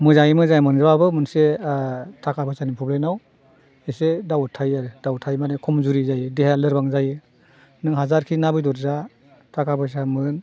मोजांयै मोजां मोनजाबाबो मोनसे थाखा फैसानि प्रब्लेमाव एसे दाउत थायो आरो दाउत थायो माने कमजुरि जायो देहाया लोरबां जायो नों हाजारखि ना बेदर जा थाखा फैसा मोन